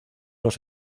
los